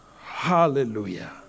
Hallelujah